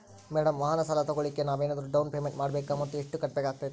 Madam ವಾಹನ ಸಾಲ ತೋಗೊಳೋಕೆ ನಾವೇನಾದರೂ ಡೌನ್ ಪೇಮೆಂಟ್ ಮಾಡಬೇಕಾ ಮತ್ತು ಎಷ್ಟು ಕಟ್ಬೇಕಾಗ್ತೈತೆ?